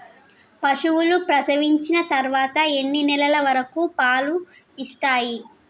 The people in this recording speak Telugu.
పశువులు ప్రసవించిన తర్వాత ఎన్ని నెలల వరకు పాలు ఇస్తాయి?